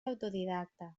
autodidacta